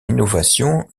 innovation